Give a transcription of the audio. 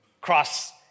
Cross